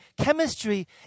Chemistry